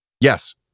Yes